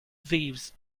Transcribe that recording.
thieves